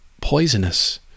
poisonous